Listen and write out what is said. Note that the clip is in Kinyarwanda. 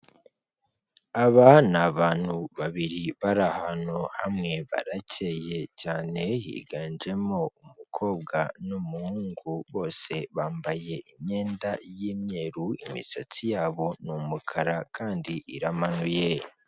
Aba ni abantu babiri bari ahantu hamwe barakeye cyane, higanjemo umukobwa n'umuhungu, bose bambaye imyenda y'umweru, imisatsi yabo ni umukara kandi iramanuye.